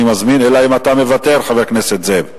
אלא אם אתה מוותר, חבר הכנסת זאב.